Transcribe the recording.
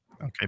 Okay